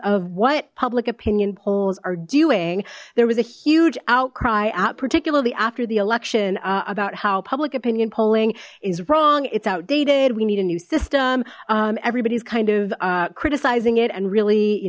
of what public opinion polls are doing there was a huge outcry out particularly after the election about how public opinion polling is wrong it's outdated we need a new system everybody's kind of criticizing it and really you